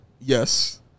yes